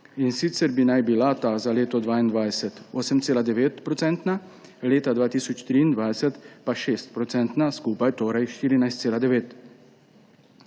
in sicer bi naj bila ta za leto 2022 8,9 %, leta 2023 pa 6 %, skupaj torej 14,9 %.